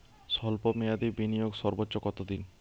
স্বল্প মেয়াদি বিনিয়োগ সর্বোচ্চ কত দিন?